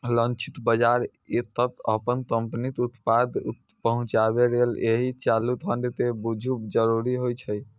लक्षित बाजार तक अपन कंपनीक उत्पाद पहुंचाबे लेल एहि चारू खंड कें बूझब जरूरी होइ छै